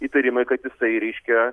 įtarimai kad jisai reiškia